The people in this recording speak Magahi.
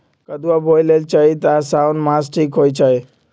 कदुआ बोए लेल चइत आ साओन मास ठीक होई छइ